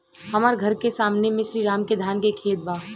हमर घर के सामने में श्री राम के धान के खेत बा